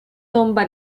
tomba